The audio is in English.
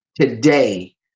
today